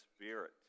Spirit